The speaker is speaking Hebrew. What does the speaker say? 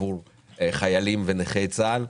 החיילים ונכי צה"ל.